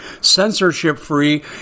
censorship-free